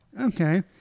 Okay